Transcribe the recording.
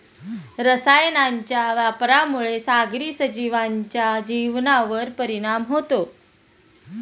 रसायनांच्या वापरामुळे सागरी सजीवांच्या जीवनावर परिणाम होतो